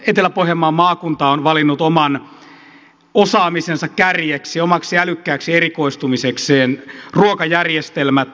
etelä pohjanmaan maakunta on valinnut oman osaamisensa kärjeksi omaksi älykkääksi erikoistumisekseen ruokajärjestelmät